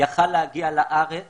יכול היה להגיע לארץ